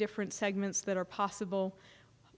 different segments that are possible